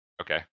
Okay